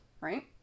right